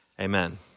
amen